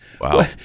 Wow